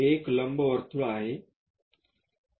हे एक लंबवर्तुळ आहे